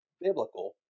biblical